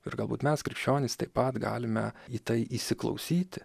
ir galbūt mes krikščionys taip pat galime į tai įsiklausyti